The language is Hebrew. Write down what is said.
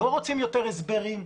לא רוצים יותר הסברים,